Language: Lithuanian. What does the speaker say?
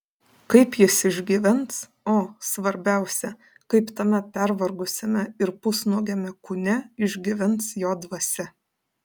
kaip jis išgyvens o svarbiausia kaip tame pervargusiame ir pusnuogiame kūne išgyvens jo dvasia